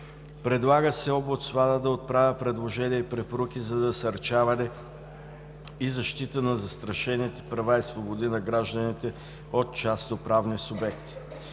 Предлага се омбудсманът да отправя предложения и препоръки за насърчаване и защита на застрашените права и свободи на гражданите от частноправни субекти.